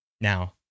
Now